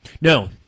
No